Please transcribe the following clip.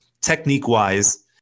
technique-wise